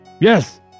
Yes